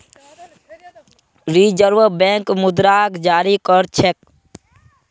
reserve bank मुद्राक जारी कर छेक